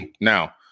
Now